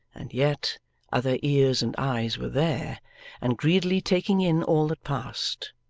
and yet other ears and eyes were there and greedily taking in all that passed,